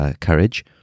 courage